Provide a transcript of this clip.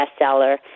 bestseller